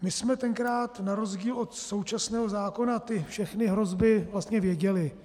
My jsme tenkrát na rozdíl od současného zákona ty všechny hrozby vlastně věděli.